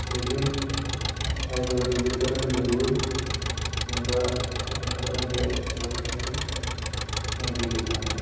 लोकिन अजकल दूए धर्म दे दूर बंदा अपने धर्म दे लोकें ई बी नेईं दिक्खी सखांदा